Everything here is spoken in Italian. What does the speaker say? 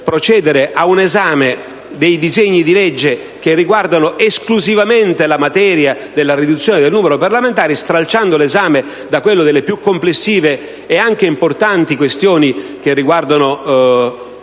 a un esame dei disegni di legge che riguardano esclusivamente la materia della riduzione del numero dei parlamentari, stralciando l'esame da quello delle più complessive ed importanti questioni che riguardano